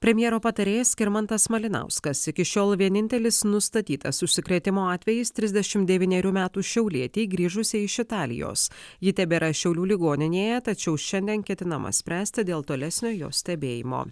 premjero patarėjas skirmantas malinauskas iki šiol vienintelis nustatytas užsikrėtimo atvejis trisdešim devynerių metų šiaulietei grįžusiai iš italijos ji tebėra šiaulių ligoninėje tačiau šiandien ketinama spręsti dėl tolesnio jos stebėjimo